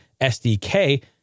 SDK